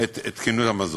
את תקינות המזון.